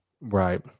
right